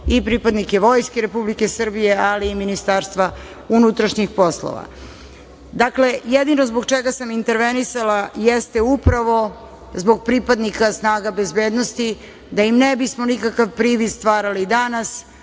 i pripadnike vojske Republike Srbije, ali i MUP.Dakle, jedino zbog čega sam intervenisala jeste upravo zbog pripadnika snaga bezbednosti da im ne bismo nikakav privid stvarali danas,